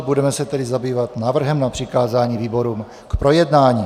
Budeme se tedy zabývat návrhem na přikázání výborům k projednání.